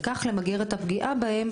וכך למגר את הפגיעה בהם,